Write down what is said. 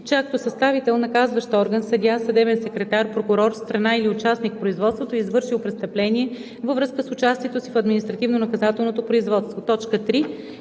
актосъставител, наказващ орган, съдия, съдебен секретар, прокурор, страна или участник в производството е извършил престъпление във връзка с участието си в административнонаказателното производство; 3.